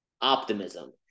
Optimism